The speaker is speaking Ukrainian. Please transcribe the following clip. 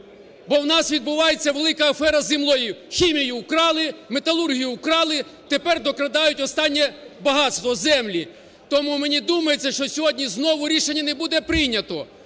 Бо у нас відбувається велика афера з землею, хімію – вкрали, металургію – вкрали, тепер докрадають останнє багатство – землі. Тому мені думається, що сьогодні знову рішення не буде прийнято,